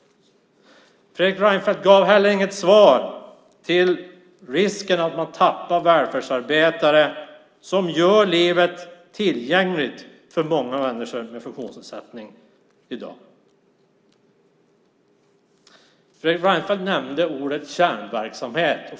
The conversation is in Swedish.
Fredrik Reinfeldt gav heller inget svar på frågan om risken att tappa de välfärdsarbetare som gör livet tillgängligt för många människor med funktionsnedsättning i dag. Fredrik Reinfeldt nämnde ordet kärnverksamhet.